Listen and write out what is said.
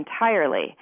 entirely